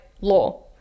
law